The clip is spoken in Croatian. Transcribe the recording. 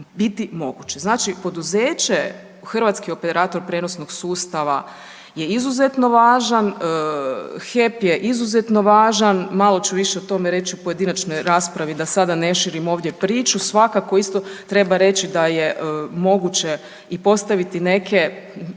Znači poduzeće HOPS je izuzetno važan, HEP je izuzetno važan, malo ću više o tome reći u pojedinačnoj raspravi, da sada ne širim ovdje priču, svakako isto treba reći da je moguće i postaviti neke